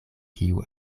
kiu